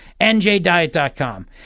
NJDiet.com